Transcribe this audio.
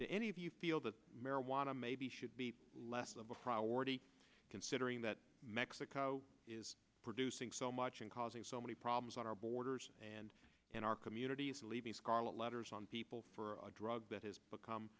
to any of you feel that marijuana maybe should be less of a priority considering that mexico is producing so much and causing so many problems on our borders and in our communities leaving scarlet letters on people for a drug that has